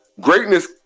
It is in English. Greatness